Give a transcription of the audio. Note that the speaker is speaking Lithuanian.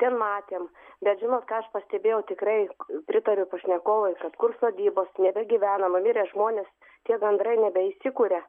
ten matėm bet žinot ką aš pastebėjau tikrai pritariu pašnekovui kad kur sodybos nebegyvenama mirę žmonės tie gandrai nebeįsikuria